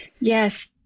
Yes